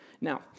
Now